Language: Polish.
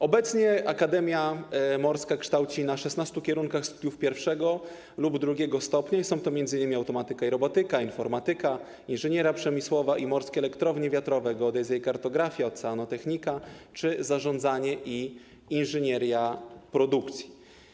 Obecnie Akademia Morska kształci na 16 kierunkach studiów pierwszego lub drugiego stopnia i są to m.in. automatyka i robotyka, informatyka, inżynieria przemysłowa i morskie elektrownie wiatrowe, geodezja i kartografia, oceanotechnika czy zarządzanie i inżynieria produkcji.